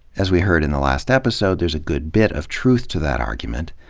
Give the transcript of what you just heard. as we heard in the last episode, there's a good bit of truth to that argument.